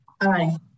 aye